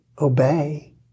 obey